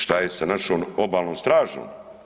Što je sa našom obalnom stražom?